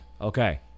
Okay